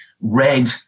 red